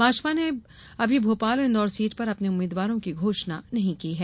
भाजपा ने अभी भोपाल और इंदौर सीट पर अपने उम्मीदवारों की घोषणा नहीं की है